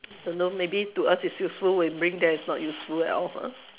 don't know maybe to us it's useful when bring there is not useful at all ah